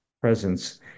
presence